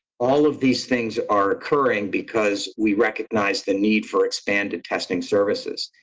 all of these things are occurring because we recognize the need for expanded testing services.